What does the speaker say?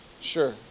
sure